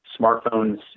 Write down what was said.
smartphones